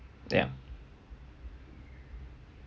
yup